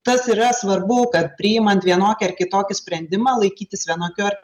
tas yra svarbu kad priimant vienokį ar kitokį sprendimą laikytis vienokių ar